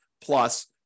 plus